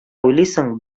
уйлыйсың